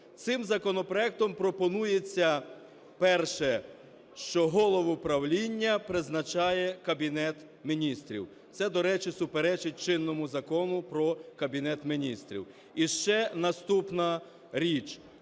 Цим законопроектом пропонується, перше, що голову правління призначає Кабінет Міністрів. Це, до речі, суперечить чинному Закону про Кабінет Міністрів. І ще наступна річ,